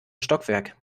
stockwerk